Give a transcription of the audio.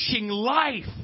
life